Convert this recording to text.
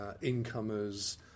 incomers